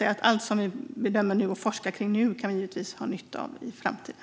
Allt som vi forskar om nu kan vi givetvis ha nytta av i framtiden.